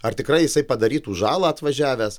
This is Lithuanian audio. ar tikrai jisai padarytų žalą atvažiavęs